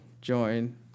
join